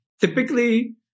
typically